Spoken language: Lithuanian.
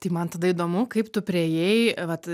tai man tada įdomu kaip tu priėjai vat